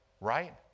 right